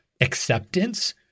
acceptance